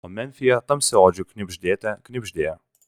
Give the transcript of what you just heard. o memfyje tamsiaodžių knibždėte knibždėjo